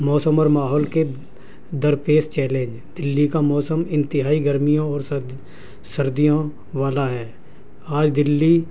موسم اور ماحول کے درپیش چیلنج دلی کا موسم انتہائی گرمیوں اور سردیوں والا ہے آج دلی